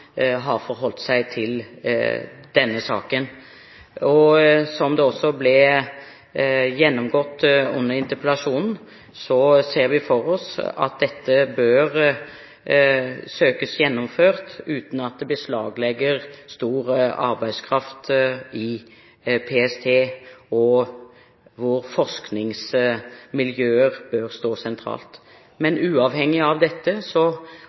har forholdt seg til denne saken. Slik det også ble gjennomgått under interpellasjonen, ser vi for oss at dette bør søkes gjennomført – uten at det beslaglegger stor arbeidskraft i PST, og hvor forskningsmiljøer bør stå sentralt. Uavhengig av dette